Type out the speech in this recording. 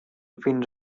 fins